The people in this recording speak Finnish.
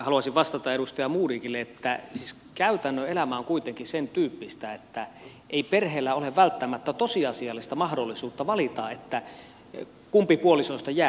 haluaisin vastata edustaja modigille että käytännön elämä on kuitenkin sen tyyppistä että ei perheellä ole välttämättä tosiasiallista mahdollisuutta valita kumpi puolisoista jää